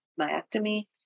myectomy